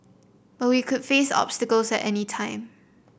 but we could face obstacles at any time